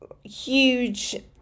huge